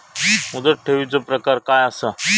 मुदत ठेवीचो प्रकार काय असा?